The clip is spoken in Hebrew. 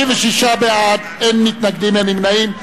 36 בעד, אין מתנגדים, אין נמנעים.